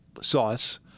sauce